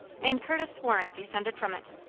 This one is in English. and curtis waring descended from it.